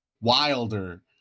Wilder